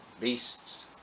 beasts